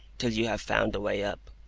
till you have found the way up.